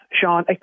Sean